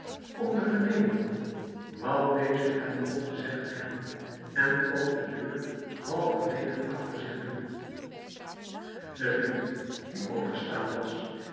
om te vernemen wat deze hem mogt te zeggen hebben en trok de deur halverwege achter zich toe de vriend die opgestaan was